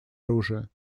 оружия